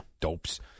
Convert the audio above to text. dopes